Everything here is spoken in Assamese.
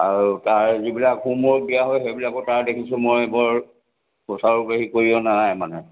আৰু তাৰ যিবিলাক হ'মৱৰ্ক দিয়া হয় সেইবিলাকৰ তাৰ দেখিছোঁ মই বৰ সুচাৰুৰূপ সি কৰি অনা নাই মানে